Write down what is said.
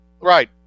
Right